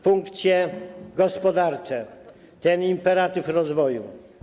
Funkcje gospodarcze, ten imperatyw rozwoju.